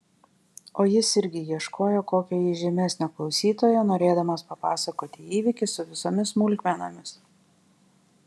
o jis irgi ieškojo kokio įžymesnio klausytojo norėdamas papasakoti įvykį su visomis smulkmenomis